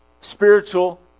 spiritual